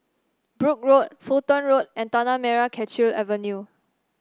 Brooke Road Fulton Road and Tanah Merah Kechil Avenue